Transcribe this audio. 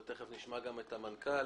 ותיכף נשמע את המנכ"ל,